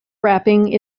wrapping